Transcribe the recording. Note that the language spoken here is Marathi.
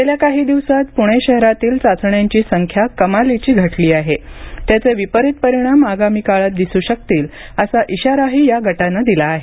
गेल्या काही दिवसात पुणे शहरातील चाचण्यांची संख्या कमालीची घटली आहे त्याचे विपरीत परिणाम आगामी काळात दिसू शकतील असा इशाराही या गटानं दिला आहे